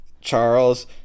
Charles